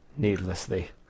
Needlessly